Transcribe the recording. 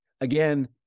Again